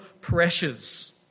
pressures